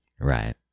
right